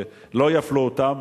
שלא יפלו אותם.